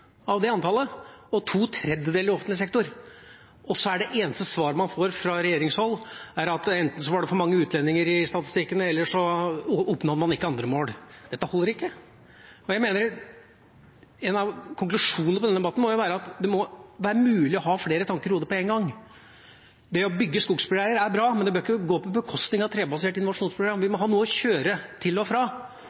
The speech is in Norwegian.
av det antallet, hvorav to tredjedeler er i offentlig sektor, og så er det eneste svaret man får fra regjeringshold, at enten var det for mange utlendinger i statistikken, eller så oppnådde man ikke andre mål. Dette holder ikke. En av konklusjonene på denne debatten må jo være at det må være mulig å ha flere tanker i hodet på én gang. Det å bygge skogsveier er bra, men det behøver ikke å gå på bekostning av trebaserte innovasjonsprogram. Vi må ha noe å kjøre til og fra.